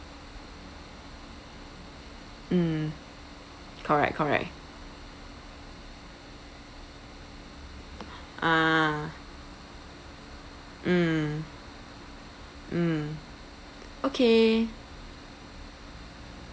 mm correct correct ah mm mm okay